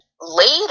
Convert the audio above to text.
Later